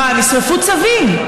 מה, נשרפו צבים.